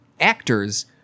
actors